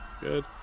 Good